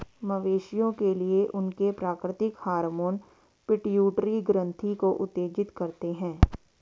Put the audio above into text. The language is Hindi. मवेशियों के लिए, उनके प्राकृतिक हार्मोन पिट्यूटरी ग्रंथि को उत्तेजित करते हैं